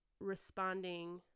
responding